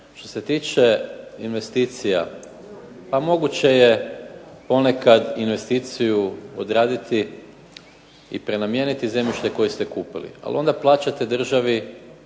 što se tiče investicija. Pa moguće je ponekad investiciju odraditi i prenamijeniti zemljište koje ste kupili, ali onda plaćate državi